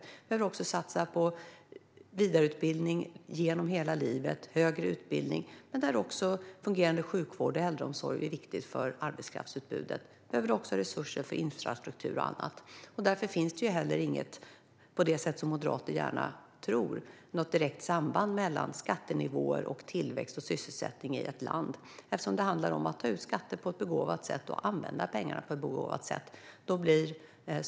Vi behöver även satsa på vidareutbildning genom hela livet och högre utbildning, liksom fungerande sjukvård och äldreomsorg, som även det är viktigt för arbetskraftsutbudet. Vi behöver också resurser för infrastruktur och annat. Därför finns det inte heller, på det sätt som moderater gärna tror, något direkt samband mellan skattenivåer, tillväxt och sysselsättning i ett land. Det handlar om att ta ut skatter på ett begåvat sätt och använda pengarna på ett begåvat sätt.